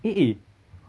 eh eh